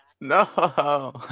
No